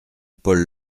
paul